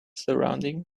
surrounding